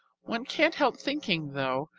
one can't help thinking, though,